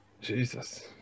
Jesus